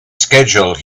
schedule